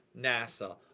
NASA